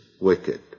wicked